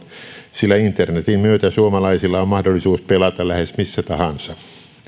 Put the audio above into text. sillä internetin myötä suomalaisilla on mahdollisuus pelata lähes missä tahansa